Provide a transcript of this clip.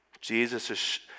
Jesus